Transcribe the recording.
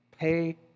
Pay